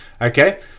okay